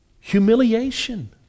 humiliation